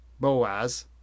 Boaz